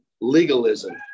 legalism